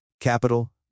capital